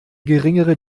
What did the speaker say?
geringere